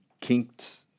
kinked